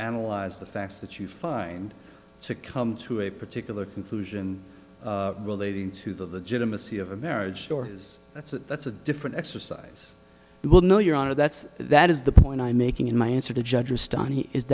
analyze the facts that you find to come to a particular conclusion relating to the gym a c of a marriage or his that's a that's a different exercise you will know your honor that's that is the point i'm making in my answer to judge